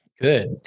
Good